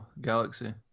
Galaxy